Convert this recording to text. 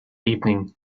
evening